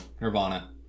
Nirvana